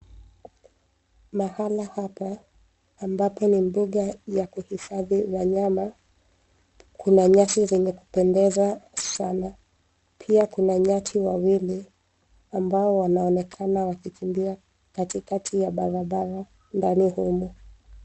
Mahala hapa ambapo ni mbuga ya kuhifadhi wanyama ,kuna nyasi zenye kupendeza sana pia kuna Nyati wawili ambao wanaonekana wakikimbia katikati ya barabara ndani humo.